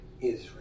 Israel